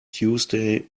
tuesday